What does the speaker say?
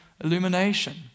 illumination